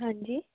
हाँ जी